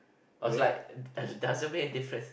was like doesn't make a different